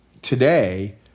today